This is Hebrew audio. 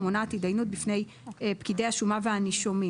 ומונעת התדיינות בפני פקידי השומה והנישומים".